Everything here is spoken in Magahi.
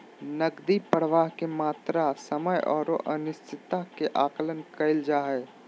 नकदी प्रवाह के मात्रा, समय औरो अनिश्चितता के आकलन कइल जा हइ